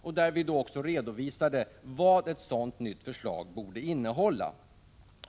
Vi redovisade då också vad ett sådant förslag borde innehålla.